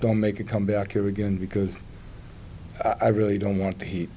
don't make a come back here again because i really don't want to hea